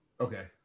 Okay